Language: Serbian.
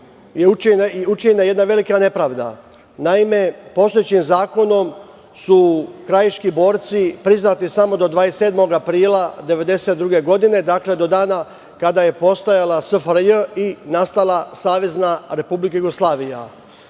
je učinjena jedna velika nepravda. Naime, postojećim zakonom su krajiški borci priznati samo do 27. aprila 1992. godine, dakle, do dana kada je postojala SFRJ i nastala Savezna Republika Jugoslavija.